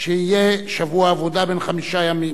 שיהיה שבוע עבודה בן חמישה ימים.